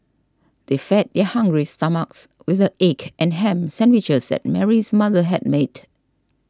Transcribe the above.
they fed their hungry stomachs with the egg and ham sandwiches that Mary's mother had made